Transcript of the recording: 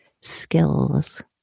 skills